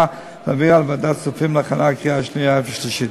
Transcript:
ולהעבירה לוועדת הכספים להכנה לקריאה שנייה ושלישית.